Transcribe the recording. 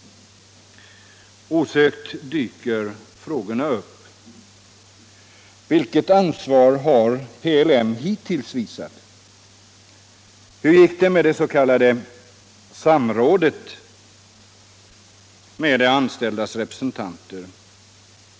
säkerställa driften Osökt dyker då frågorna upp: Vilket ansvar har PLM hittills visat? — vid Surte, Ham Hur gick det s.k. samrådet till med de anställdas representanter?